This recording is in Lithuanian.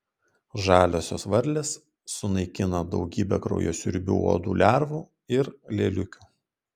žaliosios varlės sunaikina daugybę kraujasiurbių uodų lervų ir lėliukių